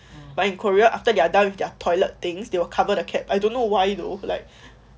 but in korea after you are done with their toilet things they will cover the cap I don't know why though like